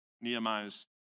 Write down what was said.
Nehemiah's